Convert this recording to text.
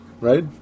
right